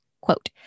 quote